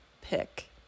pick